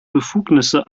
befugnisse